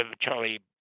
Charlie